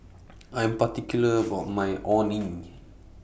I Am particular about My Orh Nee